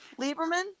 Lieberman